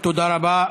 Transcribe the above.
תודה רבה.